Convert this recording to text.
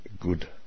good